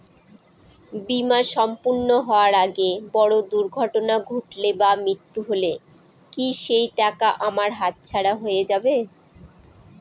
বীমা সম্পূর্ণ হওয়ার আগে বড় দুর্ঘটনা ঘটলে বা মৃত্যু হলে কি সেইটাকা আমার হাতছাড়া হয়ে যাবে?